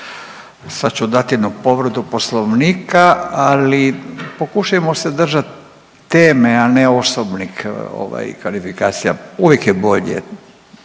Sada ću dati na povredu Poslovnika. Ali pokušajmo se držati teme a ne osobnih kvalifikacija. Uvijek je bolje,